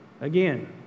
Again